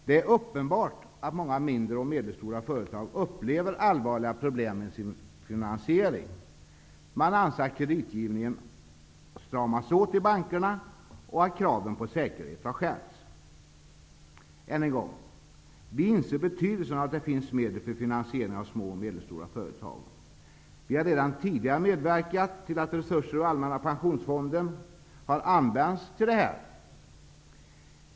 Det är uppenbart att många mindre och medelstora företag upplever allvarliga problem med sin finansiering. Man anser att kreditgivningen stramats åt i bankerna och att kraven på säkerhet har skärpts. Än en gång: Vi inser betydelsen av att det finns medel för finansiering av små och medelstora företag. Vi har redan tidigare medverkat till att resurser ur Allmänna pensionsfonden har använts till det ändamålet.